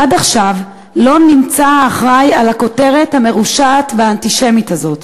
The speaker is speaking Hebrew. עד עכשיו לא נמצא האחראי לכותרת המרושעת והאנטישמית הזאת.